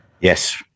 Yes